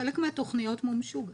חלק מהתוכניות מומשו גם.